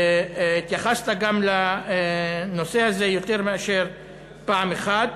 התייחסת גם לנושא הזה יותר מאשר פעם אחת,